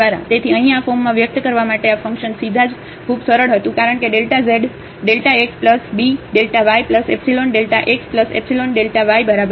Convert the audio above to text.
તેથી અહીં આ ફોર્મમાં વ્યક્ત કરવા માટે આ ફંકશન સીધા જ ખૂબ સરળ હતું કારણ કે Δ z Δ x b Δ y epsilon Δx epsilon Δ y બરાબર છે